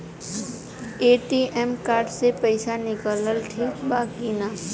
ATM card से पईसा निकालल ठीक बा की ना?